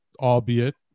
albeit